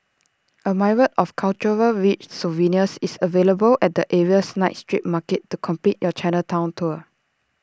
A myriad of cultural rich souvenirs is available at the area's night street market to complete your Chinatown tour